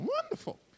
wonderful